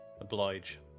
oblige